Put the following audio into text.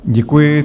Děkuji.